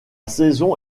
saison